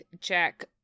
Jack